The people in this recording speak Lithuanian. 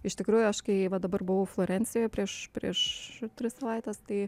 iš tikrųjų aš kai va dabar buvau florencijoje prieš prieš tris savaites tai